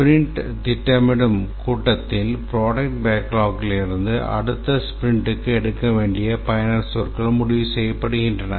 sprint திட்டமிடல் விழாவில் product பேக்லாக்கிலிருந்து அடுத்த ஸ்பிரிண்டிற்கு எடுக்க வேண்டிய பயனர் சொற்கள் முடிவு செய்யப்படுகின்றன